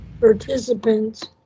Participants